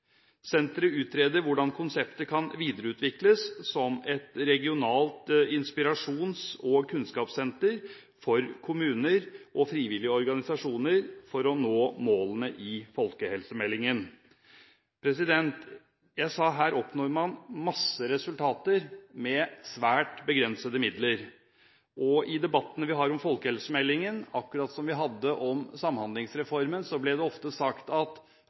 Senteret utreder hvordan konseptet kan videreutvikles som et regionalt inspirasjons- og kunnskapssenter for kommuner og frivillige organisasjoner for å nå målene i folkehelsemeldingen. Jeg sa at her oppnår man masse resultater med svært begrensede midler. I debattene vi har om folkehelsemeldingen – akkurat som i dem vi hadde om Samhandlingsreformen – blir det ofte sagt at